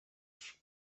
life